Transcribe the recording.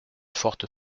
fortes